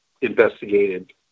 investigated